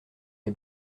les